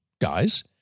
guys